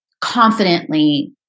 confidently